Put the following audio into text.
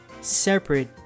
separate